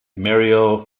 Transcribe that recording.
mario